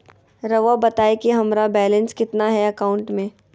रहुआ बताएं कि हमारा बैलेंस कितना है अकाउंट में?